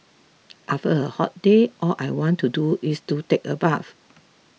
after a hot day all I want to do is to take a bath